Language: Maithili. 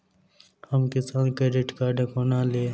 हम किसान क्रेडिट कार्ड कोना ली?